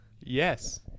yes